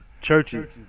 churches